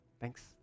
Thanks